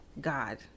God